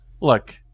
look